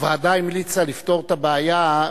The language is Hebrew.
הוועדה המליצה לפתור את הבעיה,